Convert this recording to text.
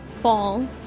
fall